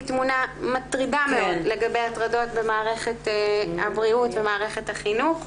תמונה מטרידה מאוד לגבי הטרדות במערכת הבריאות ומערכת החינוך,